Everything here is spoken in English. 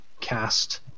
cast